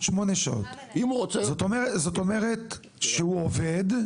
זאת אומרת שהוא עובד,